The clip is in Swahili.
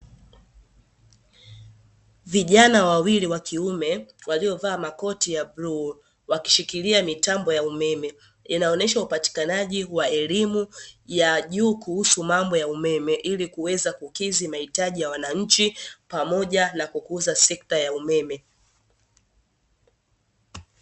Vijana wawili wa kiume waliovaa makoti ya bluu wakishikilia mitambo ya umeme, inaonyesha upatikanaji wa elimu ya juu kuhusu mambo ya umeme, ili kuweza kukidhi mahitaji ya wananchi pamoja na kukuza sekta ya umeme.